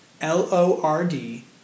L-O-R-D